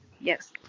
Yes